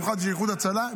במיוחד של איחוד הצלה,